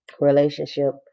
relationship